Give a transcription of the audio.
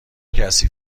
کسی